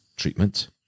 Treatment